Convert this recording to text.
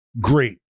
great